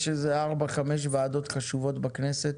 יש איזה ארבע חמש ועדות חשובות בכנסת,